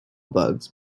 bugs